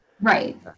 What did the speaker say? Right